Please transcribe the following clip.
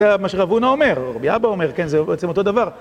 מה שרבון אומר, או אבי אבא אומר, כן, זה בעצם אותו דבר.